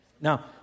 Now